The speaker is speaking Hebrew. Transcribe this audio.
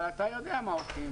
אבל אתה יודע מה עושים.